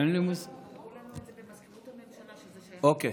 אמרו לנו במזכירות הממשלה שזה שייך